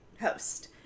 host